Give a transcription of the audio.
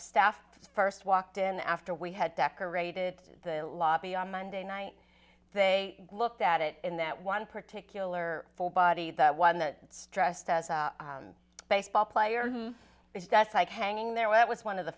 staff first walked in after we had decorated the lobby on monday night they looked at it in that one particular full body the one that dressed as a baseball player is dead like hanging there when it was one of the